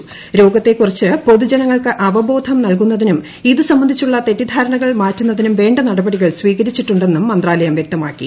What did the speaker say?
മൃഗ രോഗത്തെക്കുറിച്ച് പൊതുജനങ്ങൾക്ക് അവബോധം നൽകുന്നതിനും ഇതു സംബന്ധിച്ചുള്ള തെറ്റിദ്ധാരണകൾ മാറ്റുന്നതിനും വേണ്ട നടപടികൾ സ്വീകരിച്ചിട്ടുണ്ടെന്നും മന്ത്രാലയം വ്യക്തമാക്കി